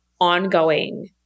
ongoing